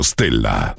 Stella